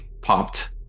popped